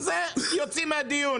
יוצאים מהדיון.